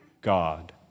God